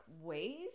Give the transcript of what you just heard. ways